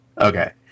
okay